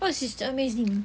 oh sister amazing